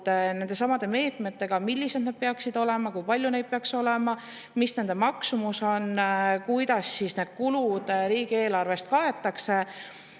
nendesamade meetmetega: millised need peaksid olema, kui palju neid peaks olema, mis nende maksumus on, kuidas kulud riigieelarvest kaetakse.